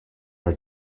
are